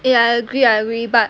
eh I agree I agree but